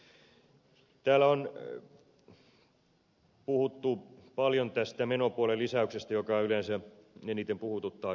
täällä on puhuttu paljon tästä menopuolen lisäyksestä joka yleensä eniten puhuttaakin